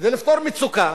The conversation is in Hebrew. כדי לפתור מצוקה,